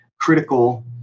critical